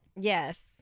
Yes